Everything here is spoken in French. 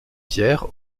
pierre